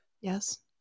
yes